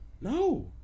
No